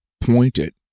pointed